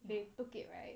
they took it right